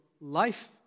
life